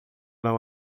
não